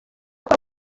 abo